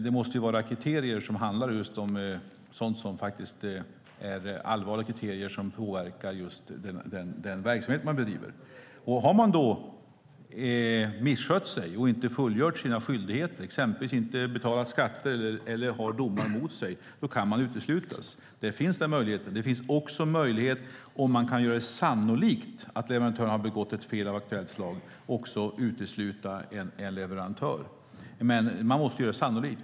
Det måste vara allvarliga kriterier som handlar om sådant som påverkar den verksamhet som bedrivs. Har företaget misskött sig och inte fullgjort sina skyldigheter, exempelvis inte betalat skatter eller har domar emot sig, kan det uteslutas. Den möjligheten finns. Det finns också möjlighet att utesluta en leverantör om man kan visa att det är sannolikt att leverantören har begått ett fel av aktuellt slag. Men man måste visa att det är sannolikt.